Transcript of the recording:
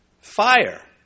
Fire